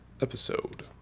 episode